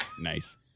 Nice